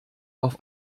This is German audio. auf